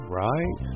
right